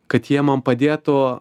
kad jie man padėtų